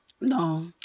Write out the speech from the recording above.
No